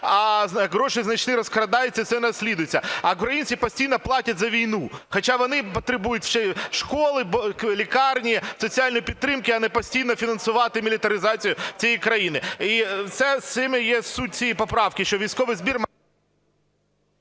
а гроші значні розкрадаються, і це не розслідується. А українці постійно платять за війну, хоча вони потребують ще школи, лікарні, соціальної підтримки, а не постійно фінансувати мілітаризацію цієї країни. І це є суть цієї поправки, що військовий збір…